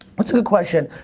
what's a good question?